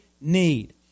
need